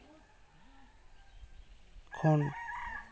ᱠᱷᱚᱱ